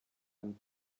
and